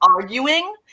arguing